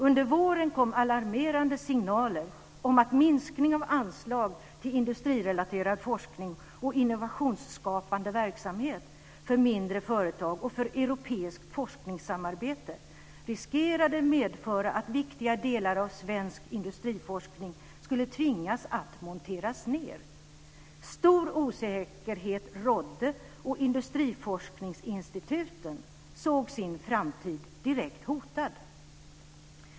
Under våren kom alarmerande signaler om att en minskning av anslaget till industrirelaterad forskning och innovationsskapande verksamhet för mindre företag och för europeiskt forskningssamarbete riskerade medföra att viktiga delar av svensk industriforskning skulle tvingas att monteras ned. Stor osäkerhet rådde, och industriforskningsinstituten såg sin framtid direkt hotad.